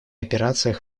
операциях